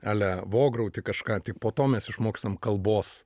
ale vograuti kažką tik po to mes išmokstam kalbos